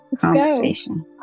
conversation